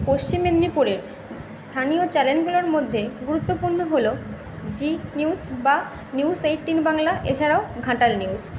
পশ্চিম মেদিনীপুরের স্থানীয় চ্যানেলগুলোর মধ্যে গুরুত্বপূর্ণ হল জি নিউজ বা নিউজ এইটটিন বাংলা এছাড়াও ঘাটাল নিউজ